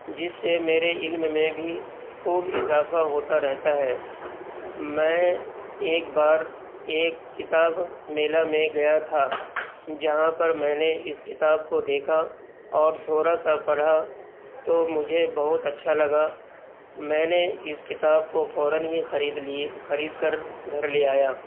جس سے میرے علم میں بھی خوب اضافہ ہوتا رہتا ہے میں ایک بار ایک کتاب میلہ میں گیا تھا جہاں پر میں نے اس کتاب کو دیکھا اور تھوڑا سا پڑھا تو مجھے بہت اچھا لگا میں نے اس کتاب کو فوراً ہی خرید لیے خرید کر گھر لے آیا